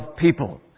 people